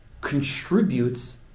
contributes